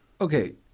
Okay